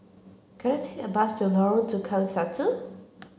can I take a bus to Lorong Tukang Satu